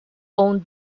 own